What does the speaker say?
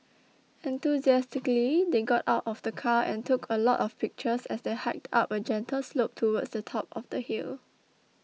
enthusiastically they got out of the car and took a lot of pictures as they hiked up a gentle slope towards the top of the hill